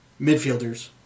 midfielders